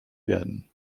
werden